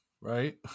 right